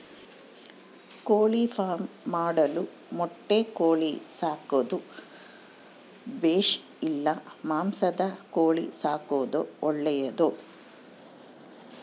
ಕೋಳಿಫಾರ್ಮ್ ಮಾಡಲು ಮೊಟ್ಟೆ ಕೋಳಿ ಸಾಕೋದು ಬೇಷಾ ಇಲ್ಲ ಮಾಂಸದ ಕೋಳಿ ಸಾಕೋದು ಒಳ್ಳೆಯದೇ?